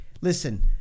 listen